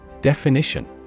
Definition